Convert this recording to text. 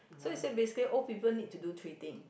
so you say basically old people need to do three thing